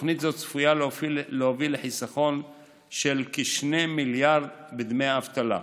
תוכנית זו צפויה להוביל לחיסכון של כ-2 מיליארד ש"ח בדמי האבטלה.